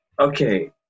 okay